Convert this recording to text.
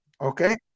okay